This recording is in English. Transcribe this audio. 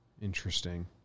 Interesting